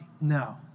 No